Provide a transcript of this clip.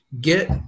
Get